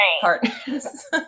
partners